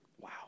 Wow